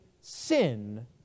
sin